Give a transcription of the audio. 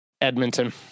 Edmonton